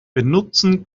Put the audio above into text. benutzen